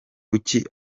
kuki